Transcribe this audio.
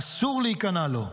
אסור להיכנע לו.